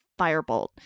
firebolt